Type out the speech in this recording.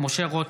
משה רוט,